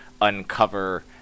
uncover